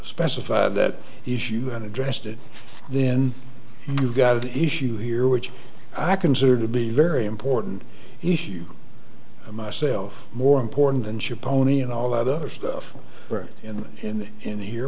specified that issue and addressed it then you've got an issue here which i consider to be very important issue myself more important than your pony and all that other stuff in the in the